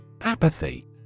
Apathy